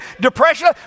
depression